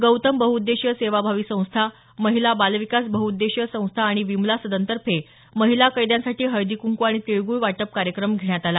गौतम बहुउद्देशीय सेवाभावी संस्था महिला बालविकास बहउद्देशीय संस्था आणि विमला सद्नतर्फे महिला कैद्यांसाठी हळदी कुंकू आणि तीळगुळ वाटप कार्यक्रम घेण्यात आला